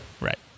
Right